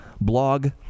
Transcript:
blog